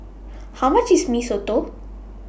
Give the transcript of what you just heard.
How much IS Mee Soto